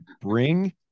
bring